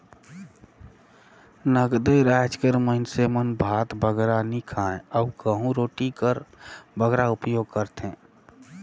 नगदे राएज कर मइनसे मन भात बगरा नी खाएं अउ गहूँ रोटी कर बगरा उपियोग करथे